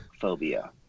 phobia